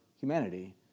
humanity